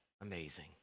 amazing